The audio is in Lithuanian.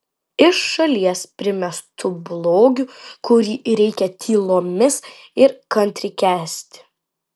iš šalies primestu blogiu kurį reikia tylomis ir kantriai kęsti